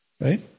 Right